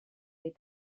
est